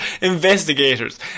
investigators